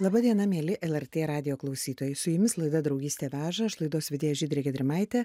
laba diena mieli lrt radijo klausytojai su jumis laida draugystė veža aš laidos vedėja žydrė gedrimaitė